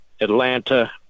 Atlanta